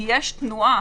כי יש תנועה,